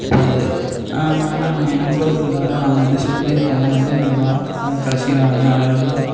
எப்போயாவது ஆனால் நாங்கள் என் நண்பர்கள் எல்லாரும் நாங்கள் வந்து சேர்ந்து எப்போவுமே வந்து வாரத்துக்கு கடைசி வா நான் ரெண்டு நாள்